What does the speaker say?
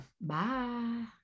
bye